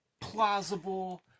plausible